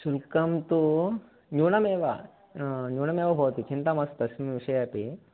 शुल्कं तु न्यूनमेव न्यूनमेव भवति चिन्ता मास्तु तस्मिन् विषये अपि